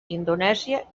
indonèsia